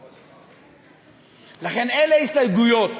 לכן, אלה ההסתייגויות,